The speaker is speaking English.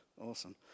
awesome